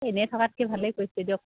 এনেই থকাতকৈ ভালেই কৰিছে দিয়ক